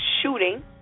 shooting